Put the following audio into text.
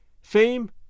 fame